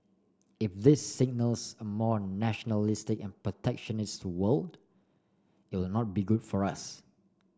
if this signals a more nationalistic and protectionist world not be good for us